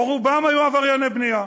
או רובם היו עברייני בנייה.